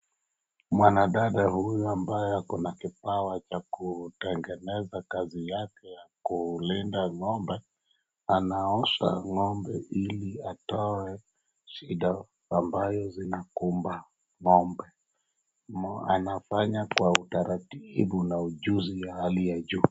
Mwanadada huyu ambaye ako na kipawa cha kutengeneza kazi yake ya kulinda ng`ombe, anaosha ng`ombe ili atoe shida ambayo zinakumba ng`ombe. Anafanya kwa utaratibu na ujuzi ya hali ya juu.